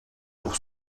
pour